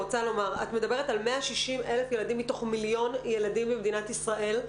את מדברת על 160,000 ילדים מתוך מיליון ילדים במדינת ישראל,